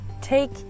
take